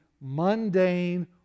mundane